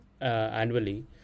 annually